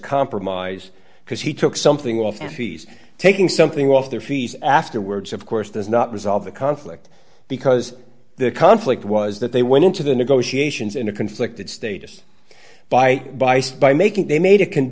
compromise because he took something off the fees taking something off their fees afterwards of course does not resolve the conflict because the conflict was that they went into the negotiations in a conflicted status by bice by making they made a can